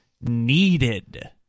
Needed